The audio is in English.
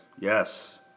Yes